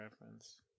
reference